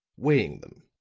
weighing them,